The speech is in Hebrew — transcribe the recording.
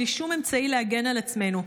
בלי שום אמצעי להגן על עצמנו?